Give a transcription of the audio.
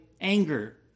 anger